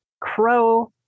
Crow